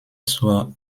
zur